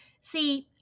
See